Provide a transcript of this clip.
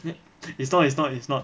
it's not it's not it's not